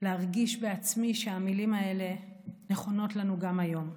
להרגיש בעצמי שהמילים האלה נכונות לנו גם היום.